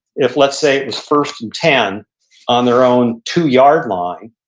if, let's say, it was first and ten on their own two yard line,